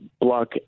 block